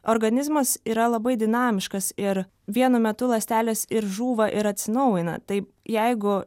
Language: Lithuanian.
organizmas yra labai dinamiškas ir vienu metu ląstelės ir žūva ir atsinaujina tai jeigu